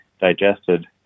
digested